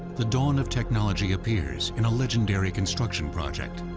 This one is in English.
the dawn of technology appears in a legendary construction project.